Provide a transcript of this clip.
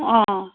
অঁ